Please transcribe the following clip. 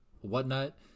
whatnot